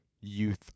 youth